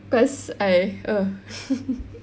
cause I ugh